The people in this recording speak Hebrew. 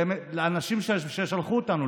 באמת, לאנשים ששלחו אותנו